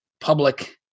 public